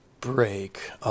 break